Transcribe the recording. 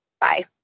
Bye